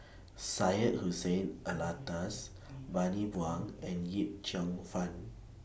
Syed Hussein Alatas Bani Buang and Yip Cheong Fun